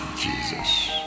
Jesus